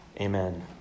Amen